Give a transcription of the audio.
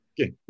Okay